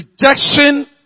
rejection